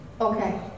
Okay